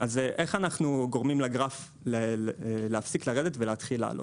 איך אנחנו גורמים לגרף להפסיק לרדת ולהתחיל לעלות?